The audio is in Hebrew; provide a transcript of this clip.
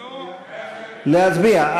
להצביע.